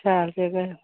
शैल जगहा ऐ